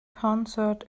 concert